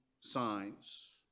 signs